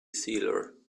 sealer